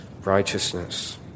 righteousness